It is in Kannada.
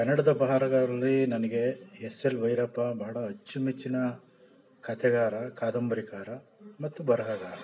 ಕನ್ನಡದ ಬರಹಗಾರರಲ್ಲಿ ನನಗೆ ಎಸ್ ಎಲ್ ಭೈರಪ್ಪ ಬಹಳ ಅಚ್ಚುಮೆಚ್ಚಿನ ಕಥೆಗಾರ ಕಾದಂಬರಿಕಾರ ಮತ್ತು ಬರಹಗಾರ